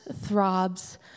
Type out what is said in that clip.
throbs